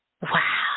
Wow